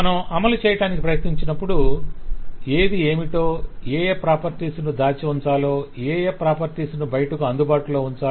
మనం అమలుచేయటానికి ప్రయత్నించినప్పుడు ఏది ఏమిటో ఏయే ప్రాపర్టీస్ ను దాచి ఉంచాలో ఏయే ప్రాపర్టీస్ ను బయటకు అందుబాటులో ఉంచాలో